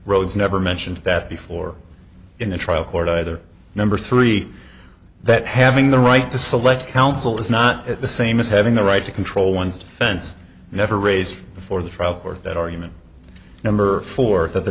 roads never mentioned that before in the trial court either number three that having the right to select counsel is not at the same as having the right to control one's defense never raised before the trial or that argument number four that the